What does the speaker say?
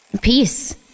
peace